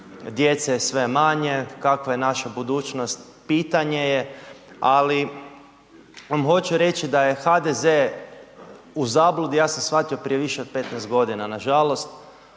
djece je sve manje, kakva je naša budućnost, pitanje je, ali vam hoću reći da je HDZ u zabludi, ja sam shvatio prije više od 15.g., nažalost,